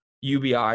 UBI